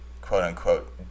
quote-unquote